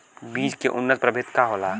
बीज के उन्नत प्रभेद का होला?